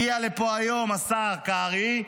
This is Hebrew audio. הגיע לפה היום השר קרעי,